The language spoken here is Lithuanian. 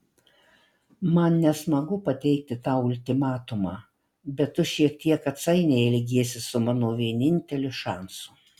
man nesmagu pateikti tau ultimatumą bet tu šiek tiek atsainiai elgiesi su mano vieninteliu šansu